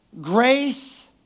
grace